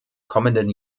kommenden